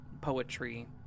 poetry